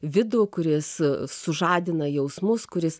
vidų kuris sužadina jausmus kuris